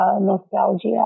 nostalgia